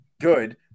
good